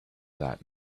that